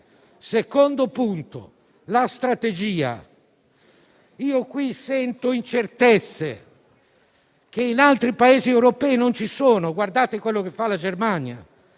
parte. Quanto alla strategia, qui sento incertezze che in altri Paesi europei non ci sono. Guardate a quello che fa la Germania.